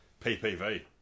PPV